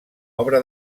obra